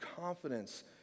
confidence